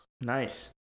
Nice